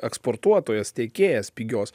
eksportuotojas tekėjęs pigios